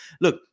Look